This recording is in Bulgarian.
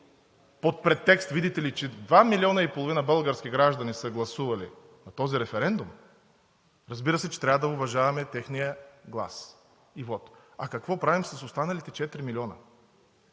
под претекст „видите ли, че 2,5 милиона български граждани са гласували на този референдум“, разбира се, че трябва да уважаваме техния глас и вот. А какво правим с останалите четири милиона?